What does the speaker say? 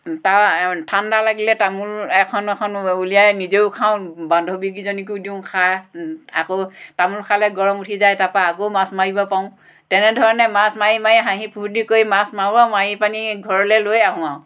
তাৰ ঠাণ্ডা লাগিলে তামোল এখন এখন উলিয়াই নিজেও খাওঁ বান্ধৱীকেইজনীকো দিওঁ খা আকৌ তামোল খালে গৰম উঠি যায় তাপা আকৌ মাছ মাৰিব পাওঁ তেনেধৰণে মাছ মাৰি মাৰি হাঁহি ফূৰ্তি কৰি মাছ মাৰোঁ আৰু মাৰি পানি ঘৰলৈ লৈ আহোঁ আৰু